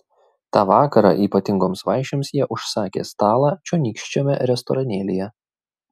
tą vakarą ypatingoms vaišėms jie užsakė stalą čionykščiame restoranėlyje